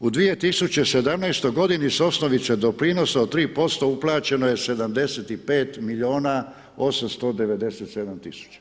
u 2017. g. s osnovice doprinosa od 3% uplaćeno je 75 milijuna 897 tisuća.